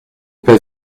pas